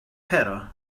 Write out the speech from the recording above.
pero